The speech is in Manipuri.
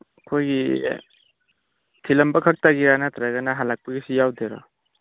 ꯑꯩꯈꯣꯏꯒꯤ ꯊꯤꯜꯂꯝꯕ ꯈꯛꯇꯒꯤꯔꯥ ꯅꯠꯇ꯭ꯔꯒꯅ ꯍꯜꯂꯛꯄꯒꯤꯁꯨ ꯌꯥꯎꯗꯣꯏꯔꯣ